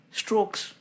strokes